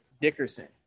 Dickerson